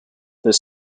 this